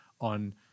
on